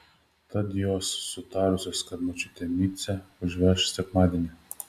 tad jos sutarusios kad močiutė micę užveš sekmadienį